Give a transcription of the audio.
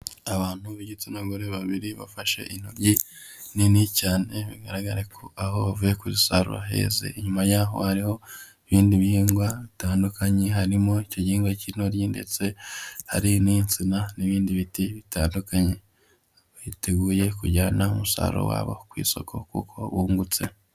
Abantu b'igitsina gore babiri bafashe intoryi nini cyane bigaragara ko aho bavuye kuzisarura heze, inyuma yaho hariho ibindi bihingwa bitandukanye harimo icyo gihingwa k'intoryi ndetse hari n'insina n'ibindi biti bitandukanye. Biteguye kujyana umusaruro wabo ku isoko kuko bungutse.